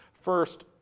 First